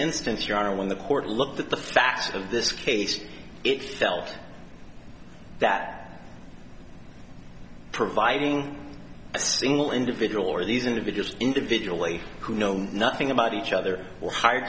instance you are when the court looked at the facts of this case it felt that providing a single individual or these individuals individually who know nothing about each other or hire